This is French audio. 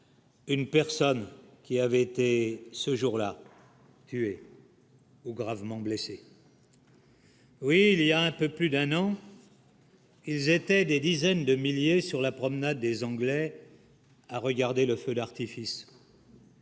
Une personne qui avait été ce jour-là. Oui. Ou gravement blessée, oui, il y a un peu plus d'un an. Ils étaient des dizaines de milliers sur la promenade des Anglais à regarder le feu d'artifice.